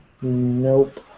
Nope